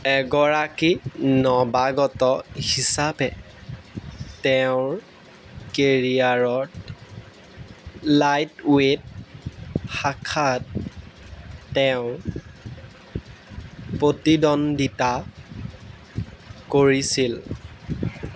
এগৰাকী নৱাগত হিচাপে তেওঁৰ কেৰিয়াৰত লাইটৱেইট শাখাত তেওঁ প্ৰতিদ্বন্দ্বিতা কৰিছিল